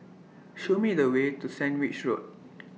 Show Me The Way to Sandwich Road